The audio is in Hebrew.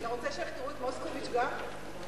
אתה רוצה שיחקרו את מוסקוביץ גם?